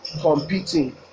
competing